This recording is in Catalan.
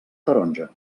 taronja